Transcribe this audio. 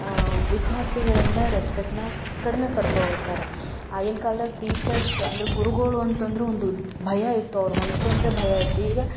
ವಿದ್ಯಾರ್ಥಿಗಳಿಂದ ರೆಸ್ಪೆಕ್ಟ್ನ ಕಡಿಮೆ ಪಡ್ಕೊಳ್ತಾರೆ ಆಗಿನ ಕಾಲ್ದಲ್ಲಿ ಟೀಚರ್ಸ್ ಅಂದ್ರೆ ಗುರುಗಳು ಅಂತಂದ್ರು ಒಂದು ಭಯ ಇತ್ತು ಅವ್ರು ಹೊಂಟ್ರೆಂದ್ರೆ ಭಯ ಇತ್ತು ಈಗ